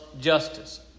justice